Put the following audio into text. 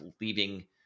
leaving